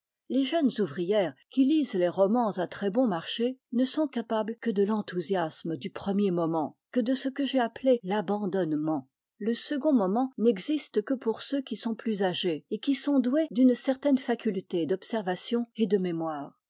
les jeunes ouvrières qui lisent les romans à très bon marché ne sont capables que de l'enthousiasme du premier moment que de ce que j'ai appelé l'abandonnement le second moment n'existe que pour ceux qui sont plus âgés et qui sont doués d'une certaine faculté d'observation et de mémoire